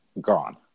gone